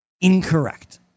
Incorrect